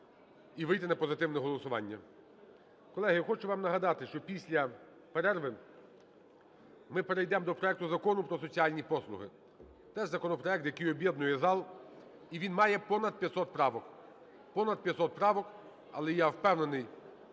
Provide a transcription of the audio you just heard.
і вийти на позитивне голосування. Колеги, я хочу вам нагадати, що після перерви ми перейдемо до проекту Закону про соціальні послуги. Теж законопроект, який об'єднує зал, і він має понад 500 правок.